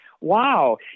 wow